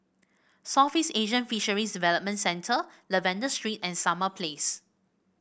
Southeast Asian Fisheries Development Centre Lavender Street and Summer Place